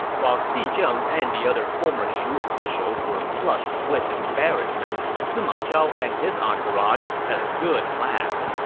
while xi zheng and the other former shu officials were flushed with embarrassment, sima zhao and his entourage had a good laugh.